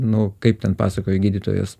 nu kaip ten pasakoja gydytojas